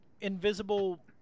invisible